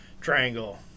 triangle